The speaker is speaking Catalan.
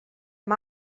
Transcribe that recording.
amb